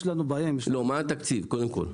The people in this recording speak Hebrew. יש לנו בעיה עם --- מה התקציב, קודם כל?